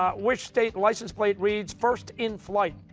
ah which state license plate reads first in flight?